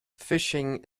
phishing